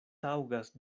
taŭgas